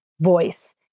voice